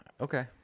Okay